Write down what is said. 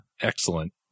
Excellent